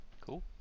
Cool